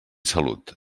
salut